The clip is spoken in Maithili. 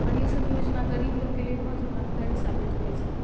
आओर ई सब योजना गरीब लोकके लिए बहुत ही लाभकारी साबित होइ छै